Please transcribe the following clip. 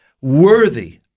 worthy